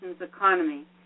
economy